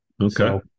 Okay